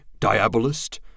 Diabolist